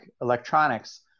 electronics